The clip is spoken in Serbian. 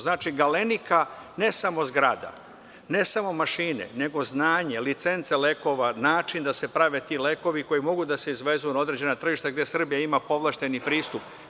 Znači „Galenika“, ne samo zgrada, mašine, nego znanje, licenca lekova, način da se prave ti lekovi koji mogu da se izvezu na određena tržišta gde Srbija ima povlašćeni pristup.